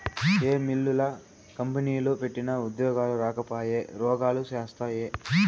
ఏ మిల్లులు, కంపెనీలు పెట్టినా ఉద్యోగాలు రాకపాయె, రోగాలు శాస్తాయే